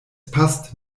passt